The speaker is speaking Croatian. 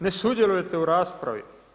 Ne sudjelujete u raspravi.